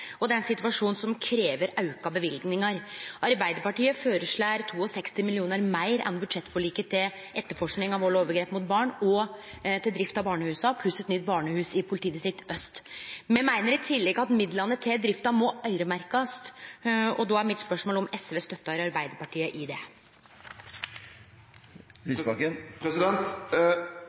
og det er ein situasjon som krev auka løyvingar. Arbeidarpartiet føreslår 62 mill. kr meir enn budsjettforliket til etterforsking av vald og overgrep mot barn og til drift av barnehusa, pluss eit nytt barnehus i politidistrikt Øst. Me meiner i tillegg at midlane til drifta må øyremerkjast. Då er mitt spørsmål om SV støttar Arbeidarpartiet i det.